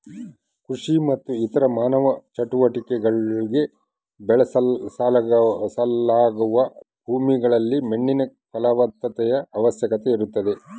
ಕೃಷಿ ಮತ್ತು ಇತರ ಮಾನವ ಚಟುವಟಿಕೆಗುಳ್ಗೆ ಬಳಸಲಾಗುವ ಭೂಮಿಗಳಲ್ಲಿ ಮಣ್ಣಿನ ಫಲವತ್ತತೆಯ ಅವಶ್ಯಕತೆ ಇರುತ್ತದೆ